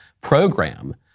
program